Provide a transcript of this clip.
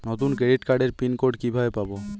নতুন ক্রেডিট কার্ডের pin code কিভাবে পাব?